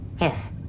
Yes